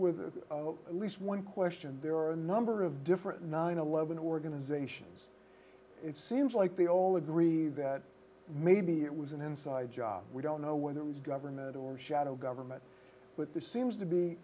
with at least one question there are a number of different nine eleven organizations it seems like the old agree that maybe it was an inside job we don't know whether it was government or shadow government but there seems to be